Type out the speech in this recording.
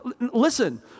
Listen